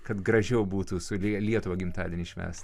kad gražiau būtų su lie lietuva gimtadienį švęst